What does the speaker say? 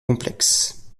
complexe